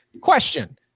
Question